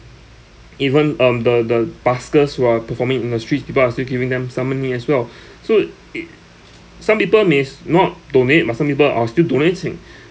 even um the the buskers who are performing in the streets people are still giving them some money as well so it some people mays not donate but some people are still donating